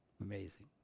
Amazing